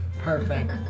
Perfect